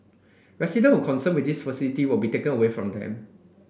resident were concerned with these facility would be taken away from them